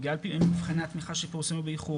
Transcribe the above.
בגלל מבחני התמיכה שפורסמו באיחור